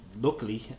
luckily